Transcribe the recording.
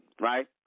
right